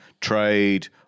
trade